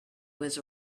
was